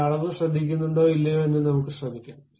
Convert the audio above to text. എന്നാൽ അളവ് ശ്രദ്ധിക്കുന്നുണ്ടോ ഇല്ലയോ എന്ന് നമുക്ക് ശ്രമിക്കാം